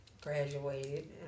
graduated